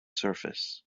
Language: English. surface